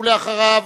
ואחריו,